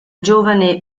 giovane